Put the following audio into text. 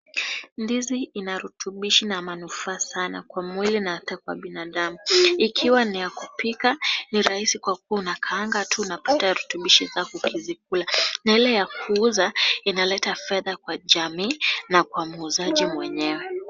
Ndizi ina rutubishi na manufaa sana kwa mwili na hata kwa binadamu. Ikiwa ni ya kupika ni rahisi kwa kuwa unakaanga tu, unapata rutubishi zako ukizikula na ile ya kuuza inaleta fedha kwa jamii na kwa muuzaji mwenyewe.